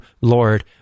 Lord